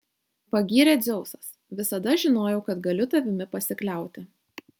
pagyrė dzeusas visada žinojau kad galiu tavimi pasikliauti